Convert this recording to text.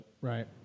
right